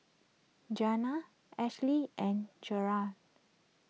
Janay Ashlea and Jerrad